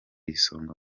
isonga